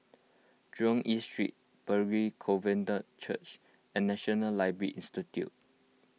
Jurong East Street Pilgrim Covenant Church and National Library Institute